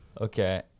Okay